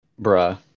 Bruh